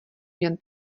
jen